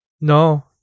No